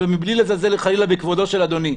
מבלי לזלזל חלילה בכבודו של אדוני.